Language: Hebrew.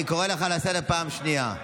אני קורא אותך לסדר פעם שנייה.